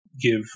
give